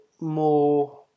more